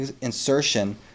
insertion